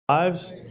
lives